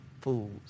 fools